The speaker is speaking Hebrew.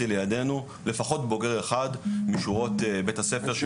לידינו לפחות בוגר אחד משורות בית הספר,